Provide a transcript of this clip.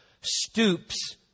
stoops